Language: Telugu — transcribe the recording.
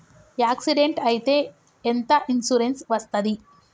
యాక్సిడెంట్ అయితే ఎంత ఇన్సూరెన్స్ వస్తది?